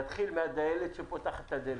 תתחיל מהדיילת שפותחת את הדלת.